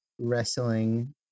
wrestling